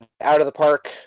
out-of-the-park